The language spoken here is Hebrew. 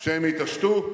שהם יתעשתו.